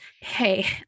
hey